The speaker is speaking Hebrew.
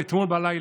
לא,